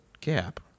gap